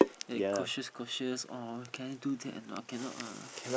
like cautious cautious oh can you do that or not cannot ah